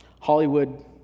Hollywood